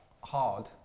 hard